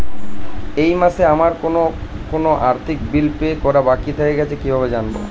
এই মাসে আমার কোন কোন আর্থিক বিল পে করা বাকী থেকে গেছে কীভাবে জানব?